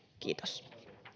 kiitos